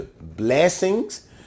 blessings